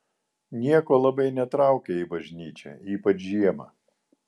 nieko labai netraukia į bažnyčią ypač žiemą